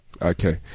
Okay